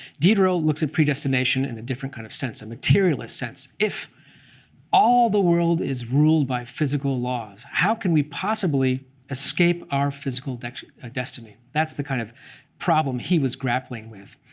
diderot looks at predestination in a different kind of sense a materialist sense. if all the world is ruled by physical laws, how can we possibly escape our physical destiny? that's the kind of problem he was grappling with.